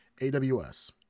AWS